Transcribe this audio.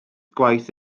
gwaith